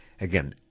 Again